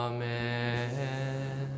Amen